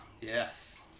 yes